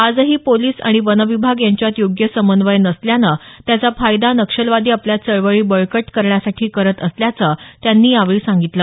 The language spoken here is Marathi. आजही पोलीस आणि वनविभाग यांच्यात योग्य समन्वय नसल्यानं त्याचा फायदा नक्षलवादी आपल्या चळवळी बळकट करण्यासाठी करत असल्याचं त्यांनी यावेळी सांगितलं